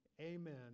Amen